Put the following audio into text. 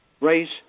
race